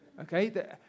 okay